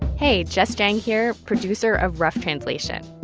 hey, jess jiang here, producer of rough translation.